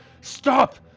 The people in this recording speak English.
Stop